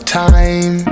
time